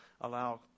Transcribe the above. allow